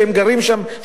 שהם גרים בה,